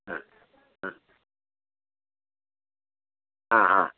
അ അ ആ ആ